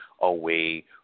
away